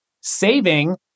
Saving